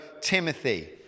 Timothy